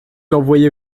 envoyer